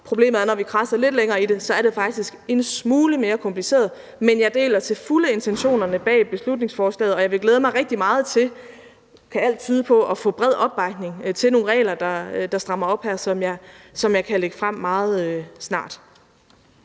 Problemet er, at det, når vi kradser lidt længere ned i det, så faktisk er en smule mere kompliceret. Men jeg deler til fulde intentionerne bag beslutningsforslaget, og jeg vil glæde mig rigtig meget til at få – og det kan alt tyde på at jeg gør – bred opbakning til nogle regler, som jeg meget snart kan lægge frem, og som